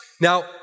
Now